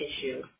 issue